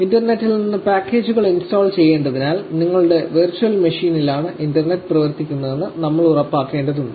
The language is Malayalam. ഇന്റർനെറ്റിൽ നിന്ന് പാക്കേജുകൾ ഇൻസ്റ്റാൾ ചെയ്യേണ്ടതിനാൽ നിങ്ങളുടെ വെർച്വൽ മെഷീനിലാണ് ഇന്റർനെറ്റ് പ്രവർത്തിക്കുന്നതെന്ന് നമ്മൾ ഉറപ്പാക്കേണ്ടതുണ്ട്